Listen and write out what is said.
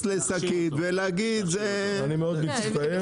לשקית ולהגיד שזה --- אני מאוד מצטער,